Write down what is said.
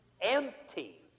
empty